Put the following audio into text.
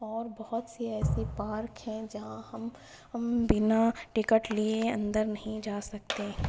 اور بہت سی ایسی پارک ہیں جہاں ہم ہم بنا ٹکٹ لیے اندر نہیں جا سکتے